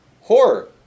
horror